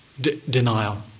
denial